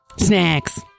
Snacks